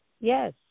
Yes